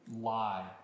lie